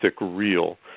real